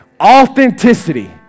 Authenticity